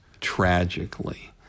tragically